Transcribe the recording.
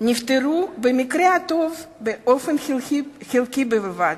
נפתרו במקרה הטוב באופן חלקי בלבד.